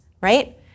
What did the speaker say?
Right